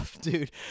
dude